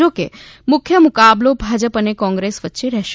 જોકે મુખ્ય મુકાબલો ભાજપ અને કોંગ્રેસ વચ્ચે રહેશે